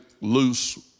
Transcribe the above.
loose